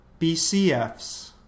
BCFs